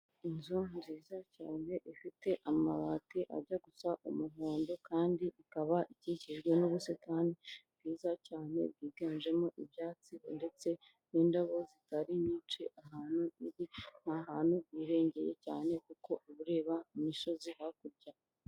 Inzu nziza cyane ifite amabati ajya gusa umuhondo kandi ikaba ikikijwe n'ubusitani bwiza cyane bwiganjemo ibyatsi ndetse n'indabo zitari nyinshi, ahantu iri ni ahantu hirengeye cyane kuko uba ureba imisozi hakurya.